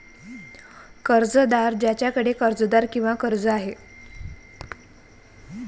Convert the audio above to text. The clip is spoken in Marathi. कर्जदार ज्याच्याकडे कर्जदार किंवा कर्ज आहे